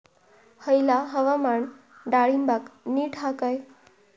हयला हवामान डाळींबाक नीट हा काय?